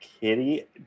Kitty